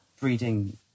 breeding